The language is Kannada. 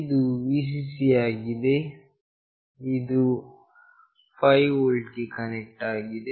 ಇದು Vcc ಆಗಿದೆ ಇದು 5 ವೋಲ್ಟ್ ಗೆ ಕನೆಕ್ಟ್ ಆಗಿದೆ